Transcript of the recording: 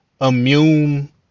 immune